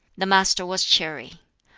the master was cheery.